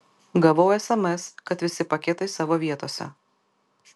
gavau sms kad visi paketai savo vietose